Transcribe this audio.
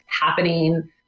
happening